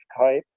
Skype